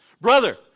Brother